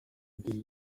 kugira